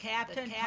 Captain